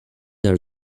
are